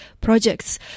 Projects